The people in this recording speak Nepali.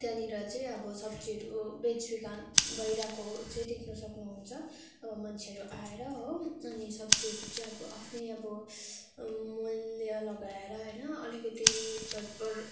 त्यहाँनिर चाहिँ अब सब्जीहरू बेचबिखन भइरहेको चाहिँ देख्नु सक्नुहुन्छ अब मान्छेहरू आएर हो अनि सब्जीहरू चाहिँ अब आफ्नै अब मूल्य लगाएर होइन अलिकति घटबढ